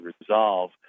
resolve